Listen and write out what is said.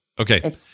Okay